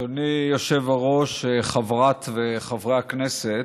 אדוני היושב-ראש, חברת וחברי הכנסת,